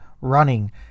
running